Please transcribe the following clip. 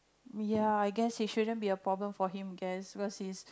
ya I guess it shouldn't be a problem for him I guess cause he's